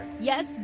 Yes